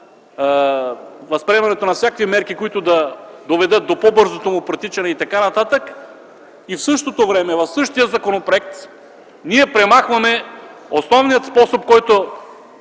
възприемането на всякакви мерки, които да доведат до по-бързото му протичане и така нататък, и в същото време в същия законопроект ние премахваме основния способ, който